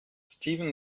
steven